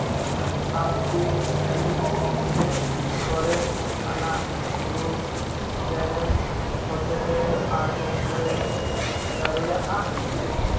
ᱟᱢ ᱠᱤ ᱤᱧ ᱤᱧᱟᱹᱜ ᱥᱚᱨᱮᱥ ᱟᱱᱟᱜ ᱨᱩ ᱥᱮᱨᱮᱧ ᱦᱚᱛᱮ ᱛᱮ ᱟᱨᱦᱚᱢ ᱞᱟᱹᱭ ᱫᱟᱲᱮᱭᱟᱜᱼᱟ